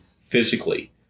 physically